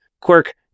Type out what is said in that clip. Quirk